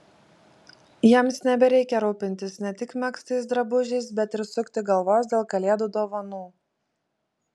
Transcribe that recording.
jiems nebereikia rūpintis ne tik megztais drabužiais bet ir sukti galvos dėl kalėdų dovanų